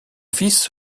fils